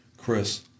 Chris